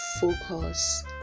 focus